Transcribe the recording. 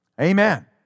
Amen